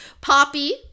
Poppy